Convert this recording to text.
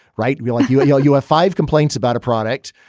right. we like you at yale. you have five complaints about a product.